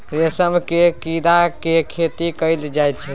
रेशम केर कीड़ा केर खेती कएल जाई छै